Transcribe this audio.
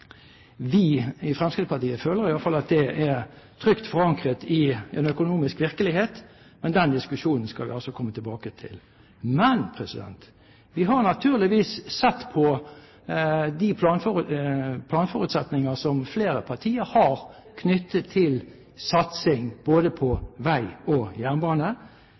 Vi i Fremskrittspartiet føler iallfall at det er trygt forankret i en økonomisk virkelighet, men den diskusjonen skal vi altså komme tilbake til. Men vi har naturligvis sett på de planforutsetninger som flere partier har, knyttet til satsing både på vei og jernbane.